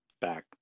back